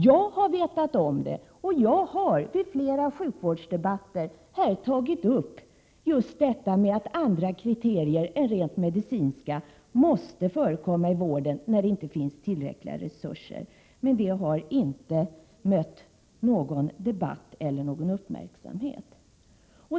Jag har vetat om detta, och jag har i flera sjukvårdsdebatter här tagit upp just detta att andra kriterier än rent medicinska måste förekomma i vården när det inte finns tillräckliga resurser. Men detta har inte medfört någon debatt eller rönt uppmärksamhet.